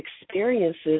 experiences